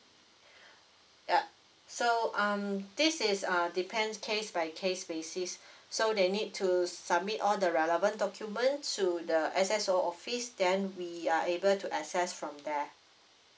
ya so um this is uh depends case by case basis so they need to submit all the relevant document to the S_S_O office then we are able to assess from there